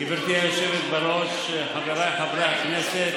גברתי היושבת-ראש, חבריי חברי הכנסת,